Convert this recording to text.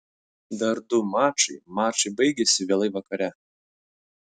dar du mačai mačai baigėsi vėlai vakare